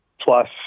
Plus